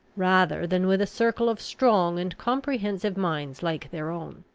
rather than with a circle of strong and comprehensive minds like their own.